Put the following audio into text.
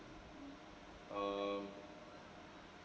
um